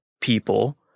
people